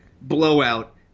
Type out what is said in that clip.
blowout